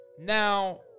now